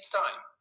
time